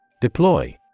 Deploy